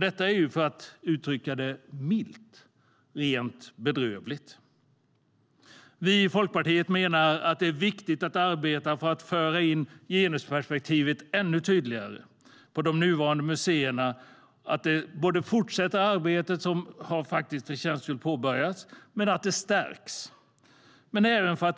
Detta är ju, för att uttrycka det milt, rent bedrövligt. Vi i Folkpartiet menar att det är viktigt att arbeta för att föra in genusperspektivet på de nuvarande museerna. Det arbete som förtjänstfullt har påbörjats ska fortsätta, och det ska stärkas.